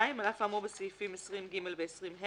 "(2)על אף האמור בסעיפים 20ג ו-20ה,